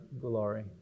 glory